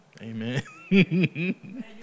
Amen